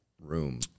room